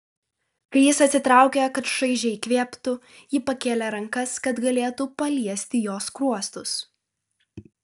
kai jis atsitraukė kad šaižiai įkvėptų ji pakėlė rankas kad galėtų paliesti jo skruostus